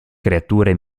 creature